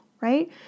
right